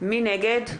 מי נגד?